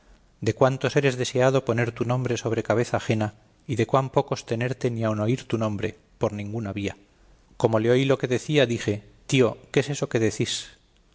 de cuántos eres deseado poner tu nombre sobre cabeza ajena y de cuán pocos tenerte ni aun oír tu nombre por ninguna vía como le oí lo que decía dije tío qué es eso que decís